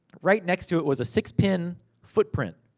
right next to it was a six-pin footprint.